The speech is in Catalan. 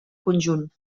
conjunt